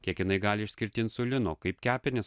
kiek jinai gali išskirti insulino kaip kepenys